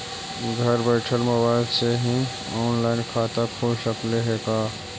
घर बैठल मोबाईल से ही औनलाइन खाता खुल सकले हे का?